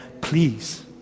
please